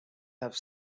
have